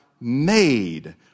made